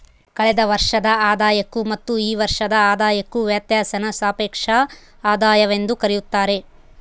ಕಳೆದ ವರ್ಷದ ಆದಾಯಕ್ಕೂ ಮತ್ತು ಈ ವರ್ಷದ ಆದಾಯಕ್ಕೂ ವ್ಯತ್ಯಾಸಾನ ಸಾಪೇಕ್ಷ ಆದಾಯವೆಂದು ಕರೆಯುತ್ತಾರೆ